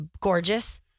gorgeous